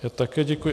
Já také děkuji.